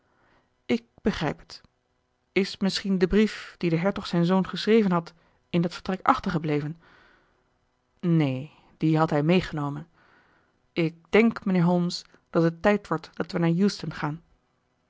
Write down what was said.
ik begrijp het is misschien de brief dien de hertog zijn zoon geschreven had in dat vertrek achtergebleven neen dien had hij meegenomen ik denk mijnheer holmes dat het tijd wordt dat wij naar euston gaan